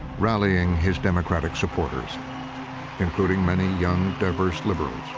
rallying his democratic supporters including many young, diverse liberals.